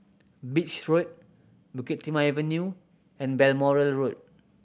Beach Road Bukit Timah Avenue and Balmoral Road